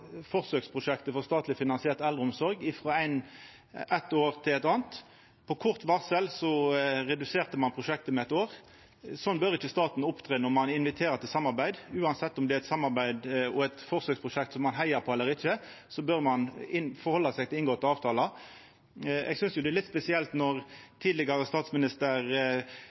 forsøksprosjektet for statleg finansiert eldreomsorg frå eit år til eit anna. På kort varsel reduserte ein prosjektet med eitt år. Slik bør ikkje staten opptre når ein inviterer til samarbeid. Anten det er eit samarbeid og eit forsøksprosjekt ein heiar på, eller ikkje, bør ein halda seg til inngåtte avtaler. Eg synest det er litt spesielt når tidlegare statsminister